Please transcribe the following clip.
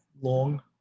long